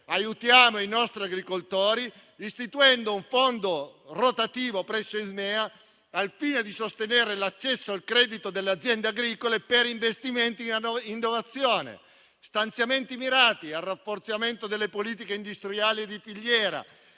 aiutare i nostri agricoltori istituendo un fondo rotativo presso Ismea, al fine di sostenere l'accesso al credito delle aziende agricole per investimenti in innovazione e per gli stanziamenti mirati al rafforzamento delle politiche industriali di filiera,